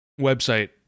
website